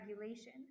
regulation